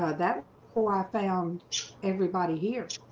ah that hole i found everybody here